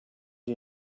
you